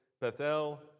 Bethel